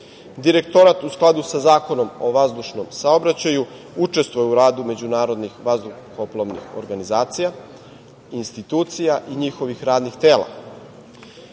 Direktorat, u skladu sa Zakonom o vazdušnom saobraćaju, učestvuje u radu međunarodnih vazduhoplovnih organizacija, institucija i njihovih radnih tela.